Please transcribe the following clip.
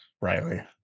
Riley